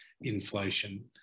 inflation